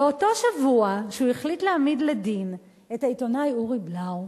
באותו שבוע שהוא החליט להעמיד לדין את העיתונאי אורי בלאו,